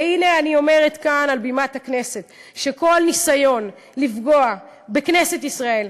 והנה אני אומרת כאן על בימת הכנסת שכל ניסיון לפגוע בכנסת ישראל,